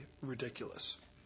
ridiculous